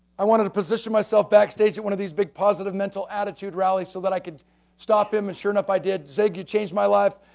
i wanted to position myself backstage at one of these big positive mental attitude rally, so that i could stop him and sure enough i did zig, you changed my life.